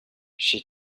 she